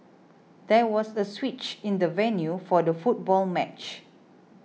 there was a switch in the venue for the football match